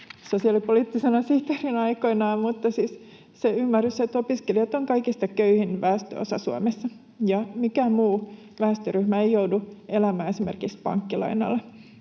sosiaalipoliittisena sihteerinä aikoinaan eli on se ymmärrys, että opiskelijat ovat kaikista köyhin väestönosa Suomessa ja mikään muu väestöryhmä ei joudu elämään esimerkiksi pankkilainalla.